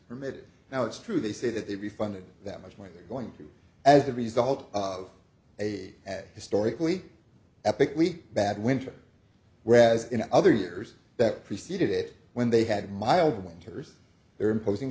permitted now it's true they say that they'd be funded that much money going through as a result of a had historically epically bad winter whereas in other years that preceded it when they had mild winters they're imposing